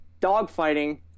dogfighting